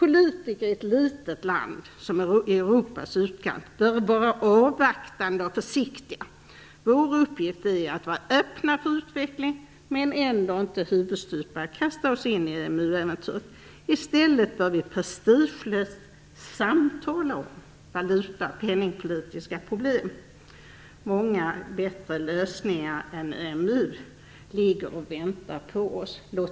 Politiker i ett litet land i Europas utkant bör vara avvaktande och försiktiga. Vår uppgift är att vara öppna för utveckling men ändå inte huvudstupa kasta oss in i "EMU-äventyret". I stället bör vi prestigelöst samtala om valuta och penningpolitiska problem. Många bättre lösningar än EMU ligger och väntar på oss.